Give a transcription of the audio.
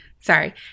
Sorry